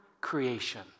creation